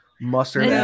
mustard